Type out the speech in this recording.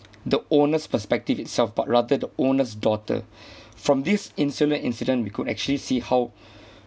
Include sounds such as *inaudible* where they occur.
the owners perspective itself but rather the owner's daughter *breath* from this insolent incident we could actually see how